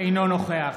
אינו נוכח